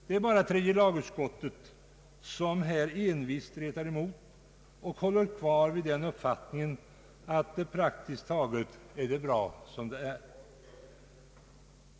Det är bara tredje lagutskottet som envist stretar emot och håller fast vid uppfattningen att det praktiskt taget är bra som det är.